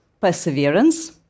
Perseverance